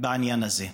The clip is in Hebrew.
בעניין הזה.